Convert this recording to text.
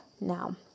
now